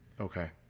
Okay